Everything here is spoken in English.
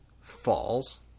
falls